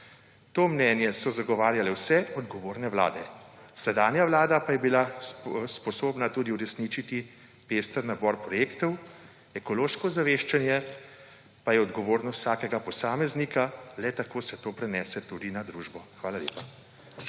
To mnenje so zagovarjale vse odgovorne vlade, sedanja vlada pa je bila sposobna tudi uresničiti pester nabor projektov. Ekološko ozaveščanje pa je odgovornost vsakega posameznika, le tako se to prenese tudi na družbo. Hvala lepa.